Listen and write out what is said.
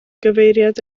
gyfeiriad